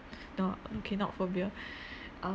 the okay not phobia uh